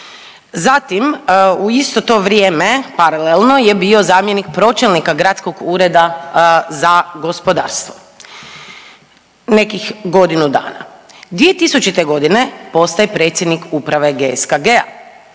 Zatim, u isto to vrijeme paralelno je bio zamjenik pročelnika gradskog ureda za gospodarstvo, nekih godinu dana. 2000. godine postaje predsjednik uprave GSKG-a